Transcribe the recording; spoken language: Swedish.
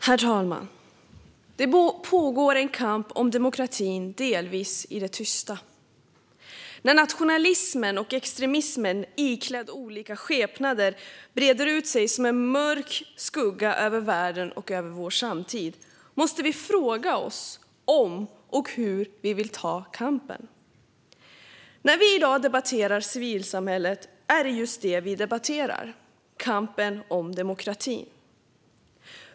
Herr talman! Det pågår en kamp om demokratin, delvis i det tysta. När nationalismen och extremismen iklädda olika skepnader breder ut sig som en mörk skugga över världen och över vår samtid måste vi fråga oss om och hur vi vill ta kampen. När vi i dag debatterar civilsamhället är det just detta vi debatterar: kampen om demokratin.